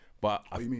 But-